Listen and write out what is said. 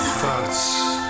thoughts